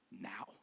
now